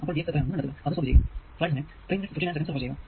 അപ്പോൾ Vx എത്രയാണെന്ന് കണ്ടെത്തുക അത് സോൾവ് ചെയ്യുക